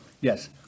Yes